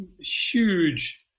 huge